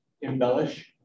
Embellish